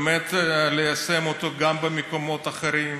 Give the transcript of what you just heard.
באמת, ליישם אותו גם במקומות אחרים.